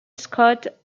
scout